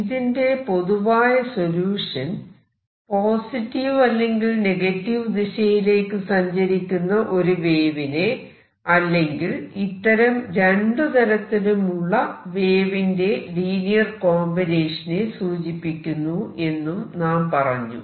ഇതിന്റെ പൊതുവായ solution positive അല്ലെങ്കിൽ നെഗറ്റീവ് ദിശയിലേക്കു സഞ്ചരിക്കുന്ന ഒരു വേവിനെ അല്ലെങ്കിൽ ഇത്തരം രണ്ടു തരത്തിലുമുള്ള വേവിന്റെ ലീനിയർ കോംബിനേഷനെ സൂചിപ്പിക്കുന്നു എന്നും നാം പറഞ്ഞു